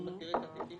אם את תראי את תיקי